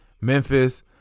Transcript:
Memphis